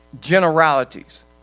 generalities